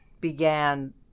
began